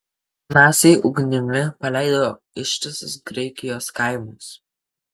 naciai ugnimi paleido ištisus graikijos kaimus